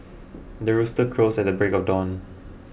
the rooster crows at the break of dawn